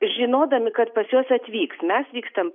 žinodami kad pas juos atvyks mes vykstam